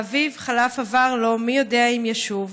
/ האביב חלף עבר לו / מי יודע אם ישוב.